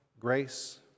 Grace